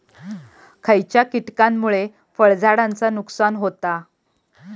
खयच्या किटकांमुळे फळझाडांचा नुकसान होता?